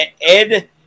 Ed